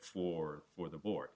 for or the board